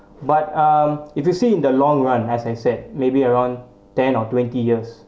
but um if you see in the long run as I said maybe around ten or twenty years